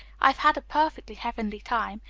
i've had a perfectly heavenly time.